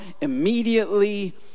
immediately